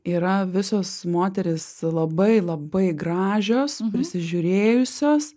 yra visos moterys labai labai gražios prisižiūrėjusios